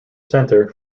center